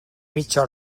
mitja